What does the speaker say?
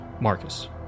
Marcus